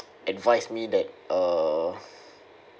advised me that uh